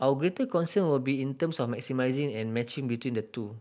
our greater concern will be in terms of maximising and matching between the two